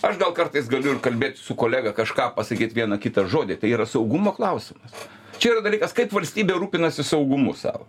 aš gal kartais galiu ir kalbėt su kolega kažką pasakyt vieną kitą žodį tai yra saugumo klausimas čia yra dalykas kaip valstybė rūpinasi saugumu savo